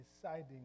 deciding